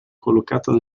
collocata